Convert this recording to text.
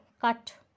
cut